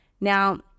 Now